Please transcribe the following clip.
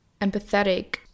empathetic